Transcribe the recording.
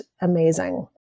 amazing